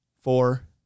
four